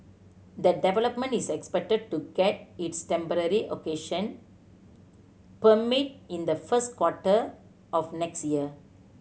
the development is expected to get its temporary occasion permit in the first quarter of next year